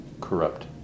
corrupt